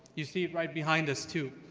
you see it right behind us, too.